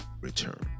return